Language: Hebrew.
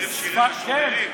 ערב שירי משוררים?